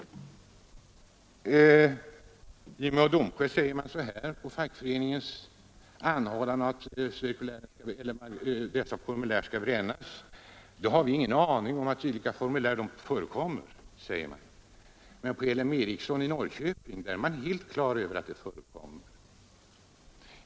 Vid Mo och Domsjö säger företagsledningen när fackföreningen anhåller att dessa formulär skall brännas, att man inte har en aning om att dylika formulär förekommer, men på LM Ericsson i Norrköping är företagsledningen helt på det klara med att de finns.